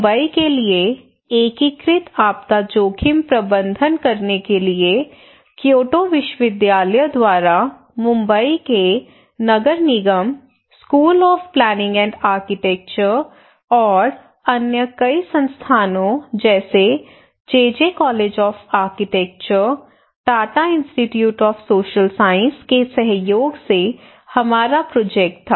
मुंबई के लिए एकीकृत आपदा जोखिम प्रबंधन करने के लिए क्योटो विश्वविद्यालय द्वारा मुंबई के नगर निगम school of planning and architecture और अन्य कई संस्थानों जैसे J J college of architecture Tata institute of social science के सहयोग से हमारा प्रोजेक्ट था